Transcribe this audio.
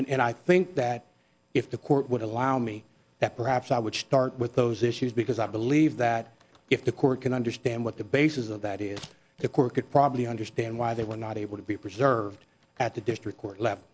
i think that if the court would allow me that perhaps i would start with those issues because i believe that if the court can understand what the basis of that is the court could probably understand why they were not able to be preserved at the district court le